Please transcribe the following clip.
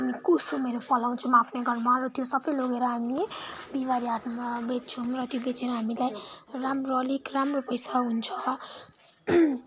कुसुमहरू फलाउछौँ आफ्नै घरमा त्यो सबै लगेर हामीले बिहिबारे हाटमा बेच्छौँ र त्यो बेचेर हामीलाई राम्रो अलिक राम्रो पैसा हुन्छ